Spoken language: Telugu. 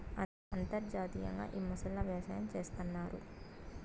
అంతర్జాతీయంగా ఈ మొసళ్ళ వ్యవసాయం చేస్తన్నారు